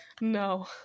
No